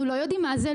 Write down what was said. אנחנו לא יודעים מה זה,